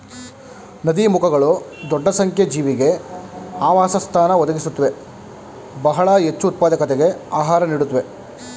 ನದೀಮುಖಗಳು ದೊಡ್ಡ ಸಂಖ್ಯೆ ಜೀವಿಗೆ ಆವಾಸಸ್ಥಾನ ಒದಗಿಸುತ್ವೆ ಬಹಳ ಹೆಚ್ಚುಉತ್ಪಾದಕತೆಗೆ ಆಧಾರ ನೀಡುತ್ವೆ